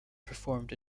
performed